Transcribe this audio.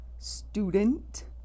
student